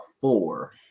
four